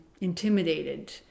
intimidated